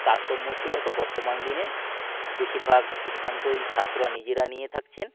তারৎম্য ছিল তো বর্তমান দিনে বেশিরভাগ সিদ্ধান্তই ছাত্ররা নিজেরা নিয়ে থাকছেন